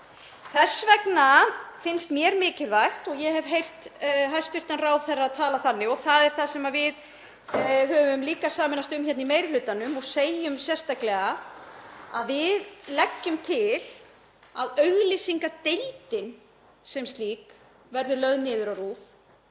Þess vegna finnst mér mikilvægt, og ég hef heyrt hæstv. ráðherra tala þannig og það er það sem við höfum líka sameinast um í meiri hlutanum og segjum sérstaklega, að við leggjum til að auglýsingadeildin sem slík verði lögð niður á